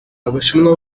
abashinwa